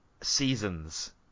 seasons